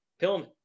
Pillman